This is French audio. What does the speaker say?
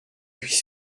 puis